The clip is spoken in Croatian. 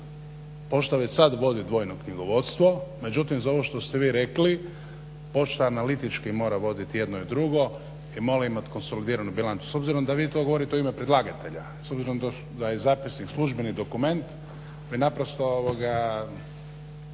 pošta već sad vodi dvojno knjigovodstvo, međutim za ovo što ste vi rekli pošta analitički mora voditi jedno i drugo i mora imati konsolidiranu bilancu. S obzirom da vi to govorite u ime predlagatelja, s obzirom da je zapisnik službeni dokument koji naprosto